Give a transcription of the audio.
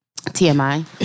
TMI